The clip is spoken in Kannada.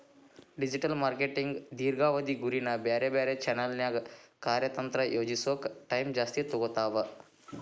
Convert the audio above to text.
ಡಿಜಿಟಲ್ ಮಾರ್ಕೆಟಿಂಗ್ ದೇರ್ಘಾವಧಿ ಗುರಿನ ಬ್ಯಾರೆ ಬ್ಯಾರೆ ಚಾನೆಲ್ನ್ಯಾಗ ಕಾರ್ಯತಂತ್ರ ಯೋಜಿಸೋಕ ಟೈಮ್ ಜಾಸ್ತಿ ತೊಗೊತಾವ